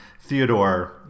Theodore